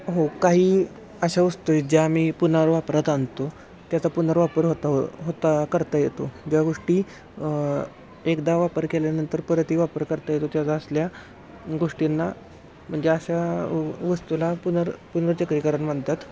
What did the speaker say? हो काही अशा वस्तू आहेत ज्या आम्ही पुनर्वापरात आणतो त्याचा पुनर्वापर होता हो होता करता येतो ज्या गोष्टी एकदा वापर केल्यानंतर परतही वापर करता येतो त्याचा असल्या गोष्टींना म्हणजे अशा वस्तूला पुनर पुनर्चक्रीकरण म्हणतात